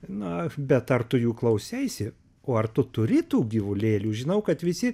na bet ar tu jų klauseisi o ar tu turi tų gyvulėlių žinau kad visi